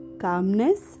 calmness